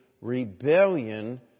rebellion